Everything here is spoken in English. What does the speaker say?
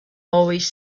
always